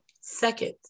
Second